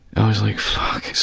i was like fuck,